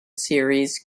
series